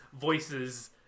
voices